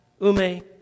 ume